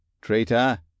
Traitor